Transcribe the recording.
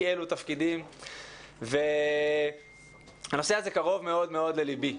מיני תפקידים והנושא הזה קרוב מאוד ללבי.